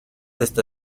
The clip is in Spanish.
está